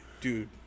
dude